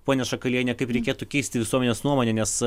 ponia šakaliene kaip reikėtų keisti visuomenės nuomonė nes